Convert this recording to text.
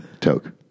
Toke